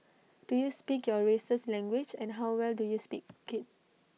do you speak your race's language and how well do you speak IT